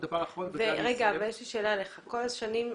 כל השנים,